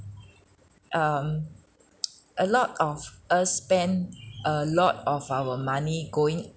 um a lot of us spend a lot of our money going